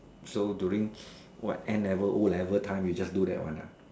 so during what N-level O-level time you just do that one ah